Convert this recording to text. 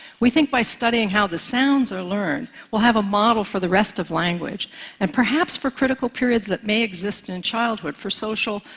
we think by studying how the sounds are learned, we'll have a model for the rest of language and perhaps for critical periods that may exist in in childhood for social,